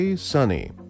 Sunny